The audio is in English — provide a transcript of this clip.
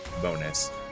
bonus